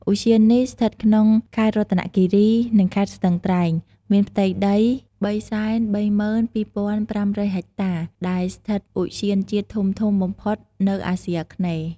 ឧទ្យាននេះស្ថិតក្នុង ខេត្តរតនគិរី និងខេត្តស្ទឹងត្រែងមានផ្ទៃដី៣៣២,៥០០ហិចតាដែលស្ថិតឧទ្យានជាតិធំៗបំផុតនៅអាស៊ីអាគ្នេយ៍។